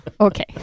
Okay